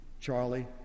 Charlie